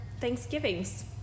thanksgivings